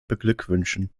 beglückwünschen